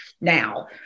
now